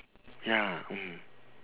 ya mm